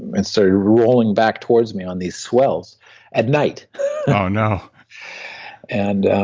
and started rolling back towards me on these swells at night oh no and